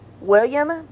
William